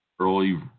early